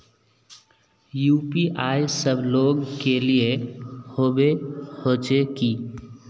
UPI सब लोग के लिए होबे होचे की?